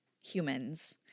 humans